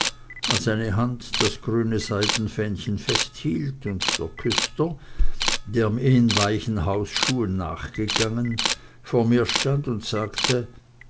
als eine hand das grüne seidenfähnchen festhielt und der küster der mir in weichen hausschuhen nachgegangen vor mir stand und sagte